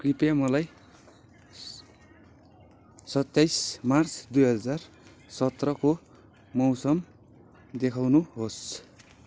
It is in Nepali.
कृपया मलाई सत्ताइस मार्च दुई हजार सत्रको मौसम देखाउनुहोस्